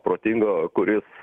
protingo kuris